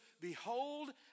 Behold